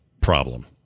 problem